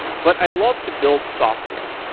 but i love to build software.